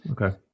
okay